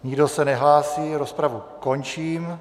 Nikdo se nehlásí, rozpravu končím.